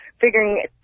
figuring